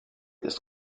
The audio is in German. ist